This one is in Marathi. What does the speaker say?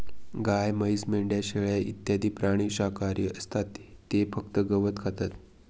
गाय, म्हैस, मेंढ्या, शेळ्या इत्यादी प्राणी शाकाहारी असतात ते फक्त गवत खातात